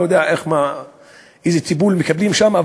אני לא יודע איזה טיפול מקבלים שם,